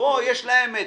פה יש להם את